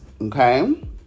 Okay